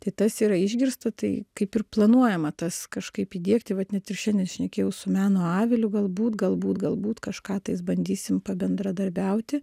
tai tas yra išgirsta tai kaip ir planuojama tas kažkaip įdiegti vat net ir šiandien šnekėjau su meno aviliu galbūt galbūt galbūt kažką tais bandysim pabendradarbiauti